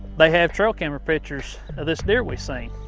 they have trail camera pictures of this deer we seen.